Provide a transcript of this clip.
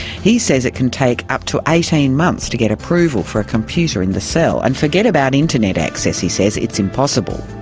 he says it can take up to eighteen months to get approval for a computer in the cell. and forget about internet access, he says, it's impossible.